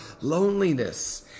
loneliness